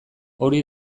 hori